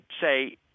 say